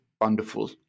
wonderful